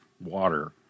water